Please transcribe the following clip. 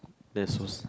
that's so